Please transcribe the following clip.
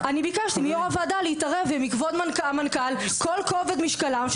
אני ביקשת מיו"ר הוועדה ומכבוד המנכ"ל להתערב בכל כובד משקלם,